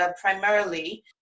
primarily